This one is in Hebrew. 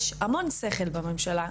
יש המון שכל בממשלה,